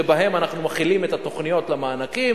שבהן אנחנו מחילים את התוכניות למענקים.